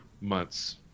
months